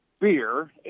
beer